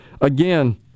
Again